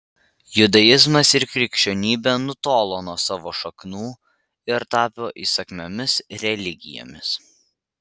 judaizmas ir krikščionybė nutolo nuo savo šaknų ir tapo įsakmiomis religijomis